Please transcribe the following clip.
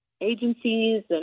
agencies